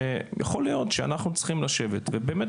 שיכול להיות שאנחנו צריכים לשבת ובאמת